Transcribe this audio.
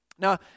Now